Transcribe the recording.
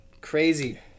crazy